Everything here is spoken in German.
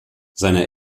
seine